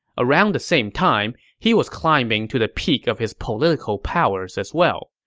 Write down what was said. around the same time, he was climbing to the peak of his political powers as well.